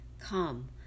Come